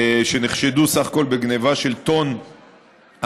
שנחשדו סך הכול בגנבה של טון אבוקדו.